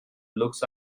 looks